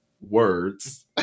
words